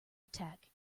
attack